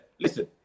Listen